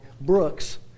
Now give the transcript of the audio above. Brooks